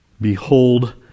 Behold